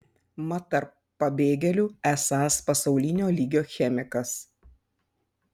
mat tarp pabėgėlių esąs pasaulinio lygio chemikas